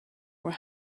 were